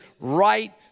right